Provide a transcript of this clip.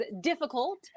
difficult